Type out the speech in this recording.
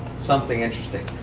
something interesting.